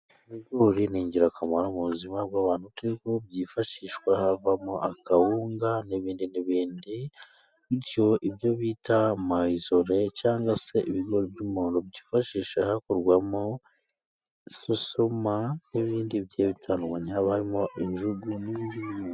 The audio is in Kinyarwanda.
Ibigori ni ingirakamaro mu buzima bw'abantu, bitewe nuko byifashishwa havamo akawunga n'ibindi. Bityo ibyo bita mayizore cyangwa se ibigori by'umuhondo, byifashisha hakorwamo sosoma, n'ibindi bigiye bitandukanye haba harimo injugu n'ibindi.